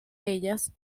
ellas